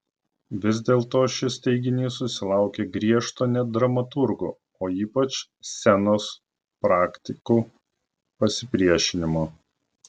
vis dėlto šis teiginys susilaukė griežto net dramaturgų o ypač scenos praktikų pasipriešinimo